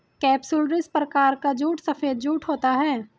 capsularis प्रकार का jute सफेद जूट होता है